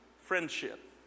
friendship